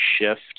shift